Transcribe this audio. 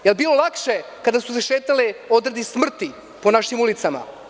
Da li je bilo lakše kada su se šetale „Odredi smrti“ po našim ulicama?